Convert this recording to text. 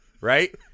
right